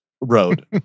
road